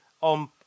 on